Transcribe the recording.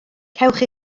cewch